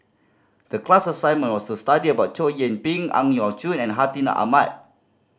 the class assignment was to study about Chow Yian Ping Ang Yau Choon and Hartinah Ahmad